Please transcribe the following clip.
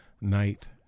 Night